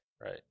Right